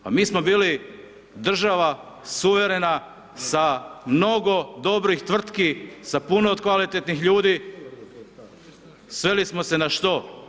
Pa mi smo bili država, suvremena, sa mnogo dobrih tvrtki, sa puno kvalitetnih ljudi, sveli smo na što?